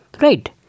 right